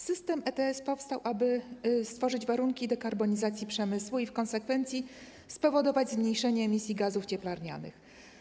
System ETS powstał, aby stworzyć warunki do karbonizacji przemysłu i w konsekwencji spowodować zmniejszenie emisji gazów cieplarnianych.